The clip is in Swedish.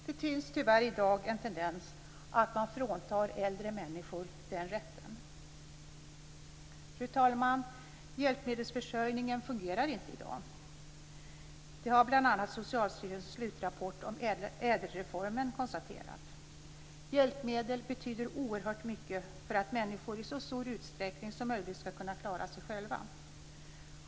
Det finns tyvärr i dag en tendens att man fråntar äldre människor den rätten. Fru talman! Hjälpmedelsförsörjningen fungerar inte i dag. Det har bl.a. Socialstyrelsens slutrapport om ädelreformen konstaterat. Hjälpmedel betyder oerhört mycket för att människor i så stor utsträckning som möjligt skall kunna klara sig själva.